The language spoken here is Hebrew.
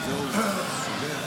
בבקשה.